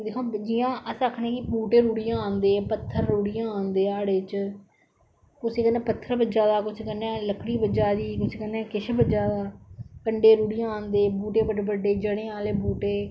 दिक्खो हां जियां अस आक्खने कि बूहटे रुढ़ी जान ते पत्तर रुढ़ियै आंदे हाड़ें च कुसै कन्नै पत्थर बज्जा दा कुसै कन्नै लकड़ी बज्जा दी कुसै कन्नै किश बज्जा दा कंडे रुढ़ियै आंदे बूहटे बड्डे बड्डे जडे़ं आहले बूहटे